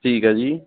ਠੀਕ ਆ ਜੀ